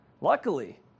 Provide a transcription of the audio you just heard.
luckily